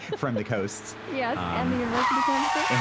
from the coasts yes, and the university campuses?